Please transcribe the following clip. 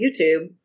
YouTube